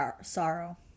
sorrow